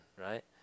right